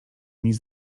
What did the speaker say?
nic